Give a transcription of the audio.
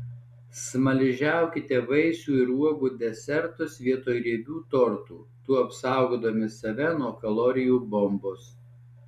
smaližiaukite vaisių ir uogų desertus vietoj riebių tortų tuo apsaugodami save nuo kalorijų bombos